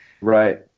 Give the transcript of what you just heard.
Right